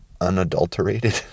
unadulterated